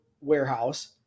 warehouse